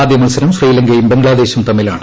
ആദ്യ മത്സരം ശ്രീലങ്കയും ബംഗ്ലാദേശും തമ്മിലാണ്